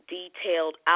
detailed